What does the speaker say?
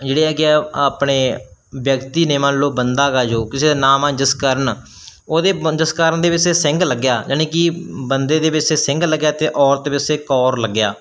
ਜਿਹੜੇ ਹੈਗੇ ਹੈ ਆਪਣੇ ਵਿਅਕਤੀ ਨੇ ਮੰਨ ਲਓ ਬੰਦਾ ਹੈਗਾ ਜੋ ਕਿਸੇ ਦਾ ਨਾਮ ਆ ਜਸਕਰਨ ਉਹਦੇ ਬੰਦੇ ਜਸਕਰਨ ਦੇ ਪਿੱਛੇ ਸਿੰਘ ਲੱਗਿਆ ਯਾਨੀ ਕਿ ਬੰਦੇ ਦੇ ਪਿੱਛੇ ਸਿੰਘ ਲੱਗਿਆ ਅਤੇ ਔਰਤ ਪਿੱਛੇ ਕੌਰ ਲੱਗਿਆ